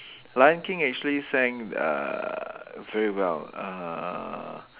lion king actually sang uh very well uh